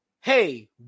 hey